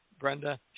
Brenda